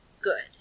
good